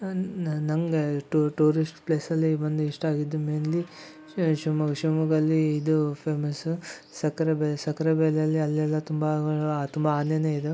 ನ ನನಗೆ ಟೂರಿಸ್ಟ್ ಪ್ಲೇಸಲ್ಲಿ ಒಂದು ಇಷ್ಟ ಆಗಿದ್ದು ಮೇಯ್ನ್ಲಿ ಶಿವಮೊಗ್ಗ ಶಿವಮೊಗ್ಗಲ್ಲಿ ಇದು ಫೇಮಸು ಸಕ್ಕರೆ ಬೈಲು ಸಕ್ಕರೆ ಬೈಲಲ್ಲಿ ಅಲ್ಲಿಯೆಲ್ಲ ತುಂಬಾಗಳು ತುಂಬಾ ಆನೇನೆ ಇದು